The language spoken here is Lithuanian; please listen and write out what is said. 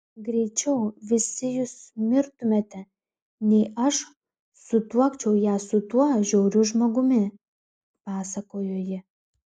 greičiau visi jūs mirtumėte nei aš sutuokčiau ją su tuo žiauriu žmogumi pasakojo ji